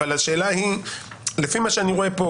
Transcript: אבל לפי מה שאני רואה פה,